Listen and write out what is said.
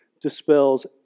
dispels